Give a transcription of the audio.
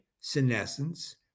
Senescence